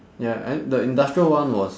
ya and the industrial one was